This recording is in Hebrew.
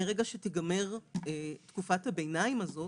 מרגע שתיגמר תקופת הביניים הזאת